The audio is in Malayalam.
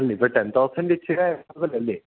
അല്ല ഇപ്പോള് ടെൻ തൗസൻഡ് ഇത്തിരി കൂടുതലല്ലേ